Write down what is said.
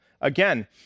Again